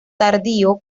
tardío